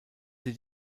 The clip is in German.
sie